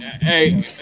Hey